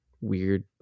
weird